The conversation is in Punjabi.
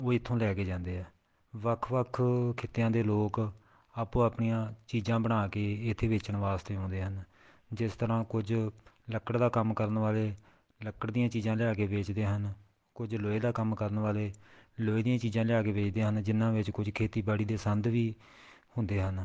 ਉਹ ਇੱਥੋਂ ਲੈ ਕੇ ਜਾਂਦੇ ਆ ਵੱਖ ਵੱਖ ਖਿੱਤਿਆਂ ਦੇ ਲੋਕ ਆਪੋ ਆਪਣੀਆਂ ਚੀਜ਼ਾਂ ਬਣਾ ਕੇ ਇੱਥੇ ਵੇਚਣ ਵਾਸਤੇ ਆਉਂਦੇ ਹਨ ਜਿਸ ਤਰ੍ਹਾਂ ਕੁਝ ਲੱਕੜ ਦਾ ਕੰਮ ਕਰਨ ਵਾਲੇ ਲੱਕੜ ਦੀਆਂ ਚੀਜ਼ਾਂ ਲਿਆ ਕੇ ਵੇਚਦੇ ਹਨ ਕੁਝ ਲੋਹੇ ਦਾ ਕੰਮ ਕਰਨ ਵਾਲੇ ਲੋਹੇ ਦੀਆਂ ਚੀਜ਼ਾਂ ਲਿਆ ਕੇ ਵੇਚਦੇ ਹਨ ਜਿਹਨਾਂ ਵਿੱਚ ਕੁਝ ਖੇਤੀਬਾੜੀ ਦੇ ਸੰਦ ਵੀ ਹੁੰਦੇ ਹਨ